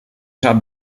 sap